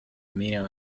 amino